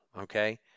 okay